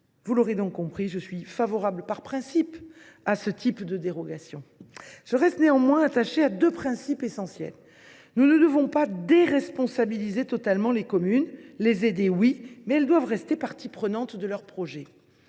Vous l’aurez donc compris, je suis favorable par principe à ce type de dérogation. Je reste néanmoins attachée à deux principes essentiels. Nous ne devons pas déresponsabiliser totalement les communes. S’il convient bien sûr de les aider, elles doivent rester parties prenantes de leurs projets.